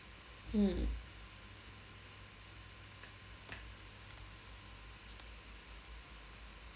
hmm